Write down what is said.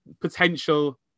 potential